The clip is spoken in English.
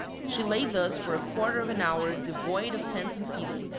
she lay thus for a quarter of an hour devoid of sense and feeling,